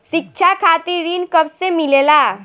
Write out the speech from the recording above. शिक्षा खातिर ऋण कब से मिलेला?